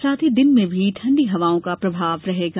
साथ ही दिन में भी ठंडी हवाओं का प्रभाव रहेगा